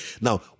Now